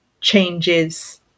changes